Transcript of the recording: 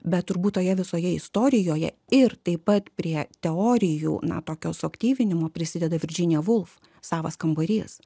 bet turbūt toje visoje istorijoje ir taip pat prie teorijų na tokio suaktyvinimo prisideda virdžinija vulf savas kambarys